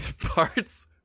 parts